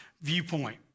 viewpoint